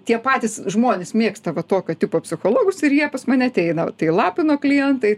tie patys žmonės mėgsta vat tokio tipo psichologus ir jie pas mane ateina tai lapino klientai